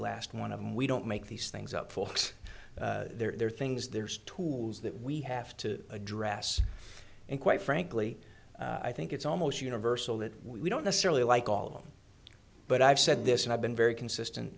last one of them we don't make these things up for us there are things there's tools that we have to address and quite frankly i think it's almost universal that we don't necessarily like all of them but i've said this and i've been very consistent